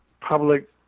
public